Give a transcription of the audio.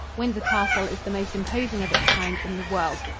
windsor castle is the most imposing of its kind in the world.